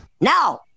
No